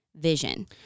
Vision